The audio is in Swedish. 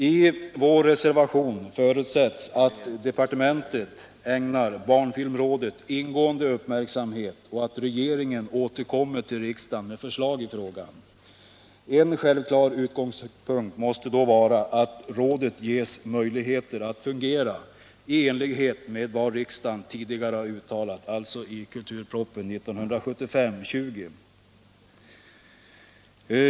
I vår reservation förutsätts att departementet ägnar barnfilmrådet ingående uppmärksamhet och att regeringen återkommer till riksdagen med förslag i frågan. En självklar utgångspunkt måste då vara att rådet ges möjligheter att fungera i enlighet med vad riksdagen tidigare har uttalat, alltså i kulturpropositionen 1975:20.